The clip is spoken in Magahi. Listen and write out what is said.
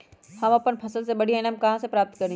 हम अपन फसल से बढ़िया ईनाम कहाँ से प्राप्त करी?